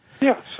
Yes